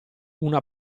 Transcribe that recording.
una